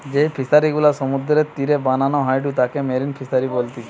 যেই ফিশারি গুলা সমুদ্রের তীরে বানানো হয়ঢু তাকে মেরিন ফিসারী বলতিচ্ছে